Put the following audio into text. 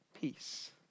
peace